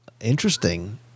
Interesting